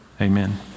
Amen